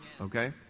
okay